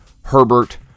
Herbert